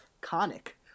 Conic